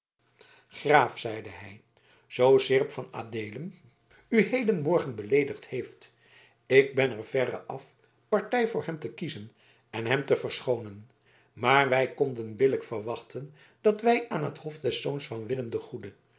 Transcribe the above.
graaf zeide hij zoo seerp van adeelen u hedenmorgen beleedigd heeft ik ben er verre af partij voor hem te kiezen en hem te verschoonen maar wij konden billijk verwachten dat wij aan het hof des zoons van willem den goeden